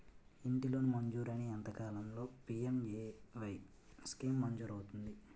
ఇంటి లోన్ మంజూరైన ఎంత కాలంలో పి.ఎం.ఎ.వై స్కీమ్ మంజూరు అవుతుంది?